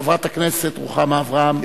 חברת הכנסת רוחמה אברהם,